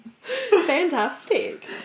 Fantastic